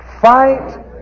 Fight